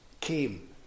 came